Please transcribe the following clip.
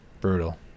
Brutal